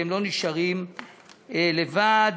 והם לא נשארים לבד.